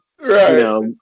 Right